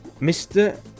Mr